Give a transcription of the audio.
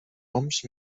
oms